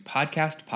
Podcast